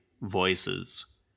voices